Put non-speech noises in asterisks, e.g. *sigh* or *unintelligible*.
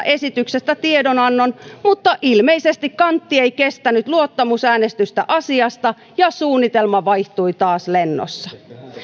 *unintelligible* esityksestä tiedonannon mutta ilmeisesti kantti ei kestänyt luottamusäänestystä asiasta ja suunnitelma vaihtui taas lennossa